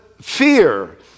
fear